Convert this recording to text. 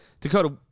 Dakota